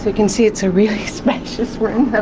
can see it's a really spacious room, ah